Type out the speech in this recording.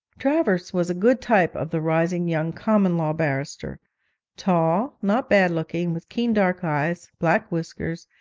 travers was a good type of the rising young common law barrister tall, not bad-looking, with keen dark eyes, black whiskers,